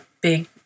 big